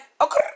Okay